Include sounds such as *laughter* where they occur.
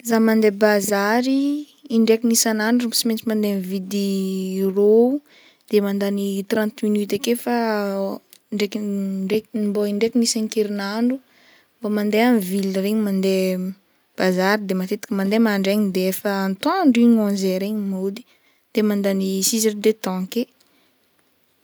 Za mande bazary *hesitation* indraiky isanandro tsy maintsy mividy *hesitation* ro, de mandagny trente minutes ake fa *hesitation* ndraiky indraiky mbo indraiky isan-kerinandro mbo mande am ville regny mande bazary, de matetiky mande mandraigny de antoandro onze heure igny mody igny mody de mandagny six heure de temps ake.